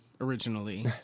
originally